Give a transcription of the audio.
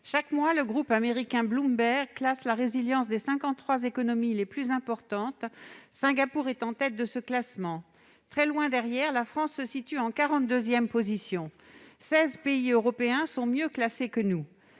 Chaque mois, le groupe américain Bloomberg établit un classement de la résilience des 53 économies les plus importantes. Singapour est en tête de ce classement. Très loin derrière, la France se situe en 42 position ; 16 États européens sont mieux classés que nous.